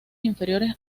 inferiores